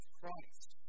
Christ